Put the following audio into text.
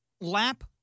lap